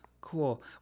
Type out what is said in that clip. Cool